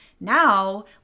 now